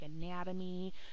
anatomy